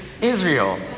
Israel